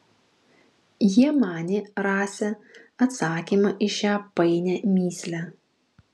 jie manė rasią atsakymą į šią painią mįslę